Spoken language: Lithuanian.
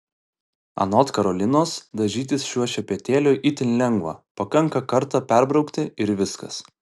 anot karolinos dažytis šiuo šepetėliu itin lengva pakanka kartą perbraukti ir viskas